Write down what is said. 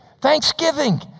thanksgiving